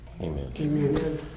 Amen